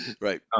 Right